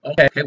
Okay